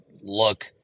look